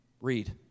Read